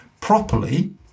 properly